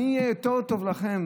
אני אהיה יותר טוב לכם